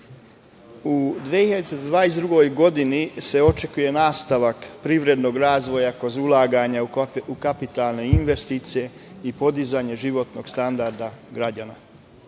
2022. godini se očekuje nastavak privrednog razvoja kroz ulaganja u kapitalne investicije i podizanje životnog standarda građana.